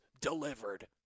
delivered